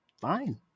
fine